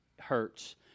hurts